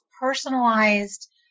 personalized